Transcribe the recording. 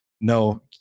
no